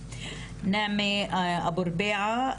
נאמה אבו רביעה,